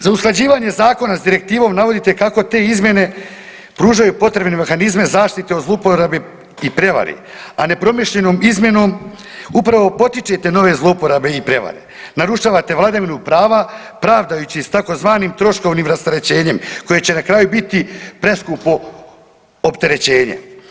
Za usklađivanje zakona s direktivom navodite kako te izmjene pružaju potrebne mehanizme zaštite o zlouporabi i prevari, a nepromišljenom izmjenom upravo potičete nove zlouporabe i prijevare, narušavate vladavinu prava pravdajući se s tzv. troškovnim rasterećenjem koje će na kraju biti preskupo opterećenje.